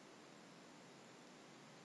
ju